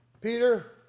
peter